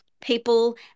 people